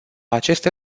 aceste